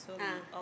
ah